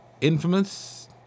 infamous